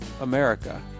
America